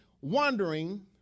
wondering